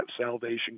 salvation